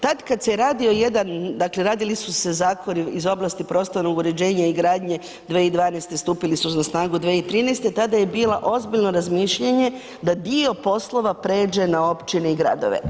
Tak kad se radio jedan, dakle radili su se zakoni iz oblasti prostornog uređenja i gradnje 2012., stupili su na snagu 2013., tada je bilo ozbiljno razmišljanje da dio poslova pređe na općine i gradove.